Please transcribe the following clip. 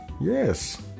Yes